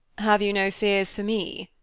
have you no fears for me?